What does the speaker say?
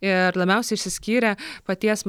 ir labiausiai išsiskyrė paties